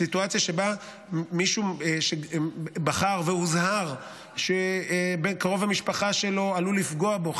סיטואציה שמישהו שבחר והוזהר שקרוב המשפחה שלו עלול לפגוע בו,